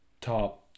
top